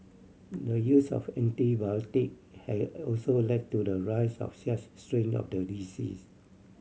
the use of antibiotic has also led to the rise of such strain of the disease